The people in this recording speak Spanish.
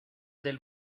del